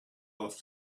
off